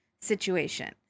situation